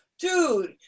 Dude